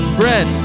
bread